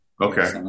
Okay